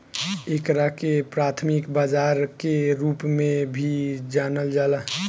एकरा के प्राथमिक बाजार के रूप में भी जानल जाला